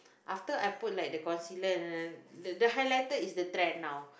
after I put like the concealer and then the highlighter is the trend now